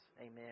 Amen